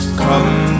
come